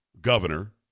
governor